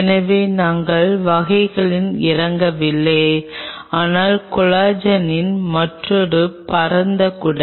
எனவே நாங்கள் வகைகளில் இறங்கவில்லை ஆனால் கொலாஜனின் மற்றொரு பரந்த குடை